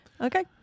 Okay